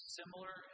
similar